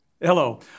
Hello